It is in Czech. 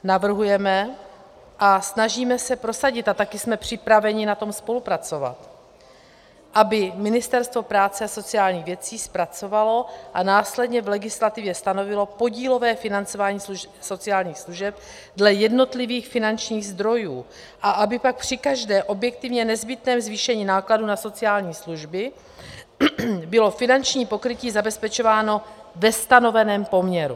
Navrhujeme a snažíme se prosadit, a také jsme připraveni na tom spolupracovat, aby Ministerstvo práce a sociálních věcí zpracovalo a následně v legislativě stanovilo podílové financování sociálních služeb dle jednotlivých finančních zdrojů a aby pak při každém objektivně nezbytném zvýšení nákladů na sociální služby bylo finanční pokrytí zabezpečováno ve stanoveném poměru.